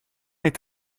est